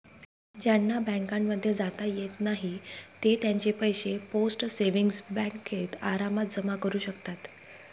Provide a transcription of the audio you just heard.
ज्यांना बँकांमध्ये जाता येत नाही ते त्यांचे पैसे पोस्ट सेविंग्स बँकेत आरामात जमा करू शकतात